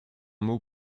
mot